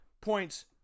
points